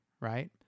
right